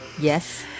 Yes